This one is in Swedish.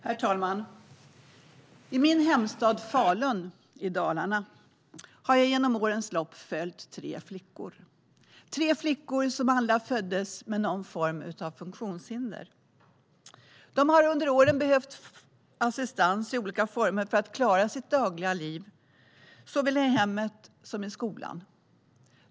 Herr talman! I min hemstad Falun i Dalarna har jag genom årens lopp följt tre flickor som alla föddes med någon form av funktionshinder. De har under åren behövt assistans i olika former för att såväl i hemmet som i skolan klara sitt dagliga liv.